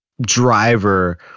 driver